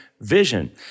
vision